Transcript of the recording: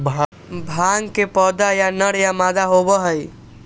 भांग के पौधा या नर या मादा होबा हई